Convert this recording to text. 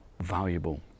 valuable